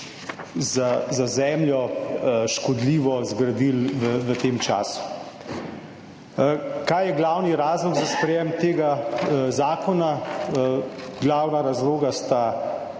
za zemljo škodljivo zgradili v tem času. Kaj je glavni razlog za sprejetje tega zakona? Glavna razloga sta